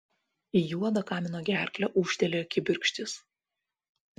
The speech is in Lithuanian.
į juodą kamino gerklę ūžtelėjo kibirkštys